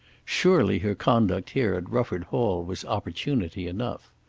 surely her conduct here at rufford hall was opportunity enough.